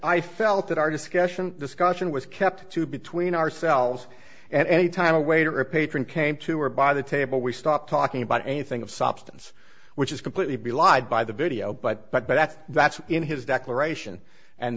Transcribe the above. i felt that our discussion discussion was kept to between ourselves and any time a waiter or a patron came to or by the table we stopped talking about anything of substance which is completely be lied by the video but but but that's that's in his declaration and